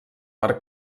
per